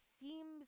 seems